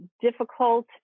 difficult